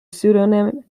pseudonym